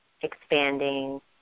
expanding